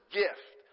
gift